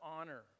honor